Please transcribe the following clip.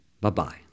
Bye-bye